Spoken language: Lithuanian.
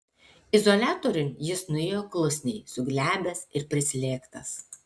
izoliatoriun jis nuėjo klusniai suglebęs ir prislėgtas